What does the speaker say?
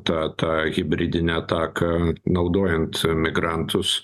tą tą hibridinę ataką naudojant migrantus